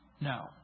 No